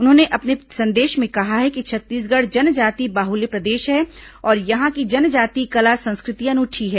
उन्होंने अपने संदेश में कहा है कि छत्तीसगढ़ जनजातीय बाहुल्य प्रदेश है और यहां की जनजातीय कला संस्कृति अनूठी है